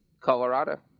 Colorado